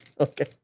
Okay